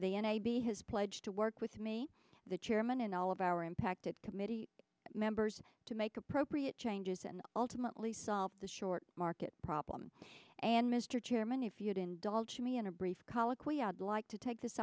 has pledged to work with me the chairman and all of our impacted committee members to make appropriate changes and ultimately solve the short market problem and mr chairman if you'd indulge me in a brief colloquy i'd like to take this